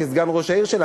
כסגן ראש העיר שלה,